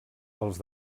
els